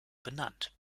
benannt